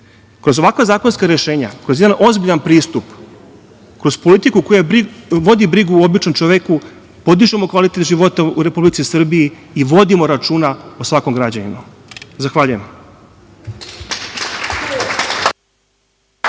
Kroz ovakva zakonska rešenja, kroz jedan ozbiljan pristup, kroz politiku koja vodi brigu o običnom čoveku, podižemo kvalitet života Republici Srbiji i vodimo računa o svakom građaninu. Zahvaljujem.